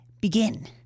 Begin